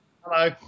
Hello